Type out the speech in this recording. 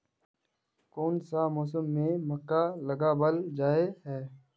कोन सा मौसम में मक्का लगावल जाय है?